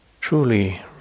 truly